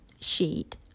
sheet